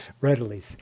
readily